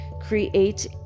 create